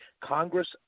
Congress